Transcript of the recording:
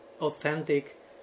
authentic